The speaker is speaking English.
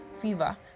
fever